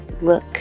look